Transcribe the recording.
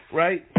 right